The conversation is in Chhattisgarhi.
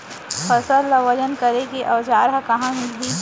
फसल ला वजन करे के औज़ार हा कहाँ मिलही?